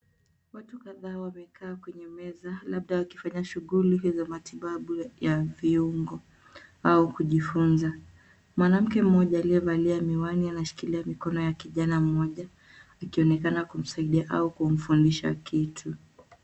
Watu kadhaa wamekaa kwenye meza labda wakifanya shughuli hii ya matibabu ya viungo au kujifunza. Mwanamke mmoja aliyevalia miwani anashikilia mikono ya kijana mmoja akionekana kumsaidia au kumfundisha kitu.